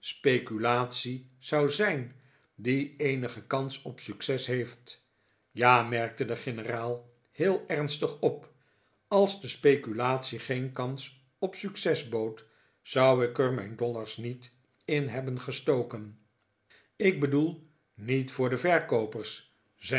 speculatie zou zijn die eenige kans op suc ces heeft ja merkte de generaal heel ernstig op als de speculatie geen kans op succes bood zou ik er mijn dollars niet in hebben gestoken ik bedoel niet voor de verkoopers